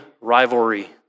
rivalry